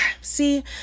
See